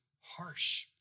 harsh